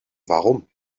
warum